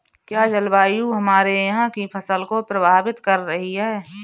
क्या जलवायु हमारे यहाँ की फसल को प्रभावित कर रही है?